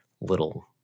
little